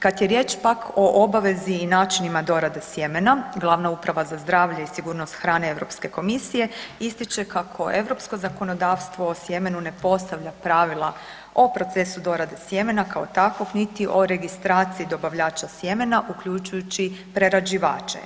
Kad je riječ pak o obavezi i načinima dorade sjemena, Glavna uprava za zdravlje i sigurnost hrane Europske komisije, ističe kako europsko zakonodavstvo o sjemenu ne postavlja pravila o procesu dorade sjemena kao takvog niti o registraciji dobavljača sjemena, uključujući prerađivače.